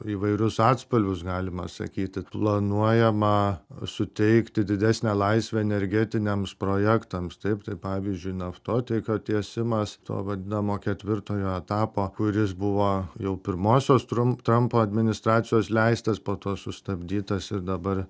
įv tokius atspalvius galima sakyti planuojama suteikti didesnę laisvę energetiniams projektams taip tai pavyzdžiui naftotiekio tiesimas to vadinamo ketvirtojo etapo kuris buvo jau pirmosios trump trumpo administracijos leistas po to sustabdytas ir dabar